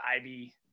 IB